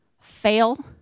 Fail